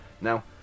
Now